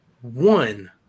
one